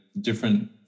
different